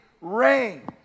reigns